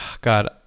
God